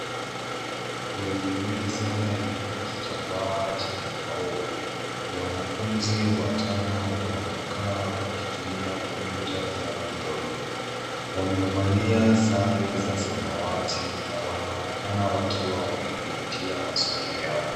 Kwenye meza yenye kitambaa chenye maua, wanafunzi watano wamekaa wakitumia kompyuta zao ndogo. Wamevalia sare za samawati na wanaonekana wakiwa wamezingatia masomo yao.